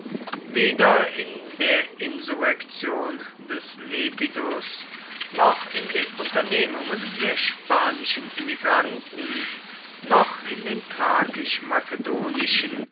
weder in der insurrektion des lepidus noch in den unternehmungen der spanischen emigranten noch in den